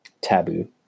taboo